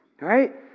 Right